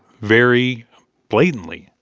very blatantly.